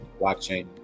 blockchain